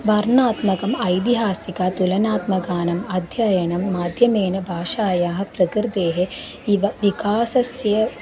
वर्णात्मकम् ऐतिहासिकतुलनात्मकानाम् अध्ययनं माध्यमेन भाषायाः प्रकृतेः इव विकासस्य